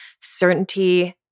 certainty